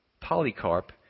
Polycarp